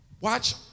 Watch